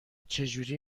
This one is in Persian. چجوری